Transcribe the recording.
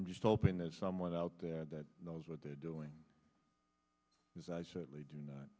i'm just hoping that someone out there that knows what they're doing because i certainly do not